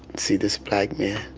see this black man,